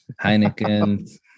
Heineken